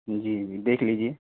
جی جی دیکھ لیجیے